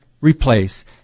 replace